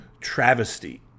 travesty